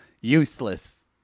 Useless